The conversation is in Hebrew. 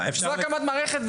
זאת הקמת המערכת.